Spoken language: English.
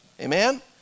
Amen